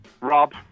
Rob